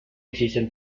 existen